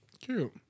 Cute